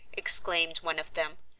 exclaimed one of them,